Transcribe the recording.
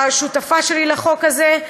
השותפה שלי לחוק הזה,